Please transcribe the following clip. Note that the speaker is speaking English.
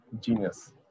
Genius